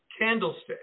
candlestick